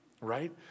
right